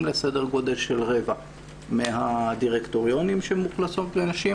לסדר גודל של רבע מהדירקטוריונים שמאוכלוסים בנשים,